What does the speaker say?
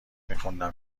میخوندم